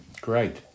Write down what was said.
Great